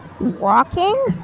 walking